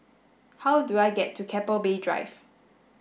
how do I get to Keppel Bay Drive